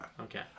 Okay